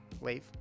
leave